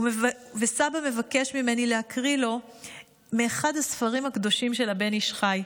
וסבא מבקש ממני להקריא לו מאחד הספרים הקדושים של הבן איש חי.